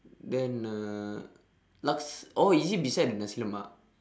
then uh laks~ oh is it beside the nasi-lemak